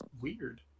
weird